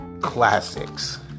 classics